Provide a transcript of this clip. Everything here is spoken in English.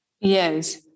Yes